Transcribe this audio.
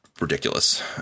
ridiculous